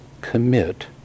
commit